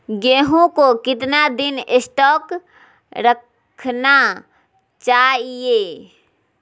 गेंहू को कितना दिन स्टोक रखना चाइए?